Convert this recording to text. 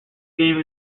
game